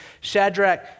Shadrach